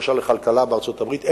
למשל המחלקות לכלכלה בארצות-הברית,